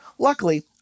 Luckily